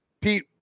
Pete